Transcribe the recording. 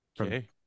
Okay